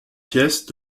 pièces